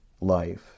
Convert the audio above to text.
life